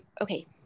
Okay